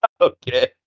Okay